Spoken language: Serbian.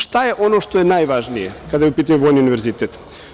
Šta je ono što je najvažnije kada je u pitanju vojni univerzitet?